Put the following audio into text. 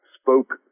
spoke